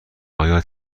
آیا